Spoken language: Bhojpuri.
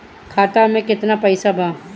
खाता में केतना पइसा बा?